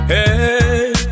Hey